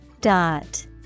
Dot